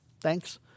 Thanks